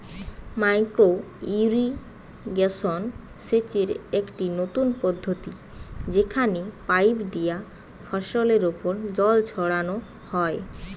micro irrigation সেচের একটি নতুন পদ্ধতি যেখানে পাইপ দিয়া ফসলের ওপর জল ছড়ানো হয়